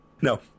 No